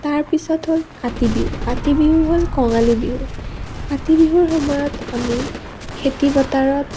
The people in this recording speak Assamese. তাৰপিছত হ'ল কাতি বিহু কাতি বিহু হ'ল কঙালী বিহু কাতি বিহুৰ সময়ত আমি খেতি পথাৰত